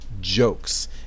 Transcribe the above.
jokes